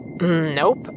Nope